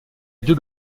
deux